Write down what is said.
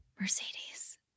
Mercedes